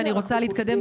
כי אני רוצה להתקדם.